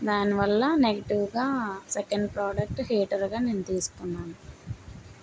దానివల్ల నెగటివ్గా second product హీటర్గా నేను తీసుకున్నాను